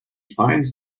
finds